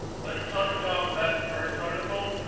let's talk about that first article.